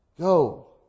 go